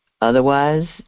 Otherwise